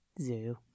Zoo